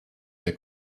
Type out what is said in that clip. der